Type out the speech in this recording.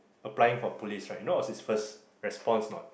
applying for police right you know what was his first response a not